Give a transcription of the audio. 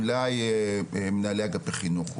אולי מנהלי אגפי חינוך.